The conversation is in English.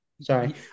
Sorry